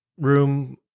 room